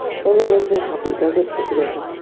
does it make me happy? does it feel good?